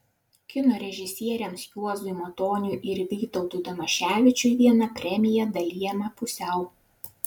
kino režisieriams juozui matoniui ir vytautui damaševičiui viena premija dalijama pusiau